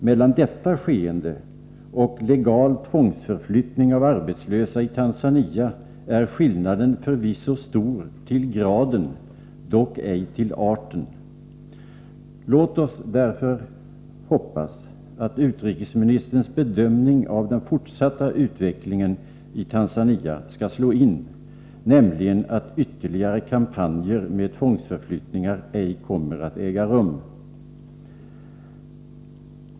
Mellan detta skeende och legal tvångsförflyttning av arbetslösa i Tanzania är skillnaden förvisso stor till graden, dock ej till arten. Låt oss därför hoppas att utrikesministerns bedömning av den fortsatta utvecklingen i Tanzania skall slå in, nämligen att ytterligare kampanjer med tvångsförflyttningar ej kommer att äga rum.